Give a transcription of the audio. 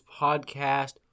podcast